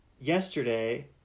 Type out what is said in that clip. yesterday